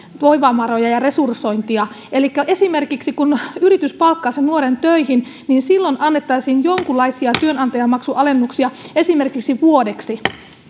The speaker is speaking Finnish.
voimavaroja ja resursointia elikkä esimerkiksi kun yritys palkkaa sen nuoren töihin silloin annettaisiin jonkunlaisia työnantajamaksualennuksia esimerkiksi vuodeksi